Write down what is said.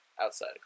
outside